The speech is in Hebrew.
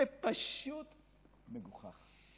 זה פשוט מגוחך.